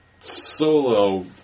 Solo